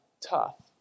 tough